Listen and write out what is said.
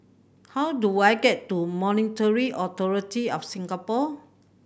how do I get to Monetary Authority Of Singapore